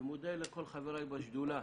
ומודה לכל חבריי בשדולה